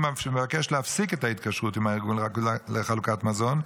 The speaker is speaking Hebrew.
מבקש להפסיק את ההתקשרות עם הארגון לחלוקת מזון.